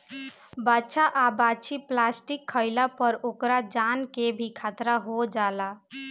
बाछा आ बाछी प्लास्टिक खाइला पर ओकरा जान के भी खतरा हो जाला